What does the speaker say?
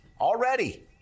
already